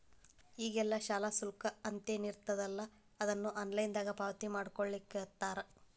ಈಗೆಲ್ಲಾ ಶಾಲಾ ಶುಲ್ಕ ಅಂತೇನಿರ್ತದಲಾ ಅದನ್ನ ಆನ್ಲೈನ್ ದಾಗ ಪಾವತಿಮಾಡ್ಕೊಳ್ಳಿಖತ್ತಾರ